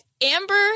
Amber